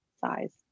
size